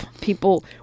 people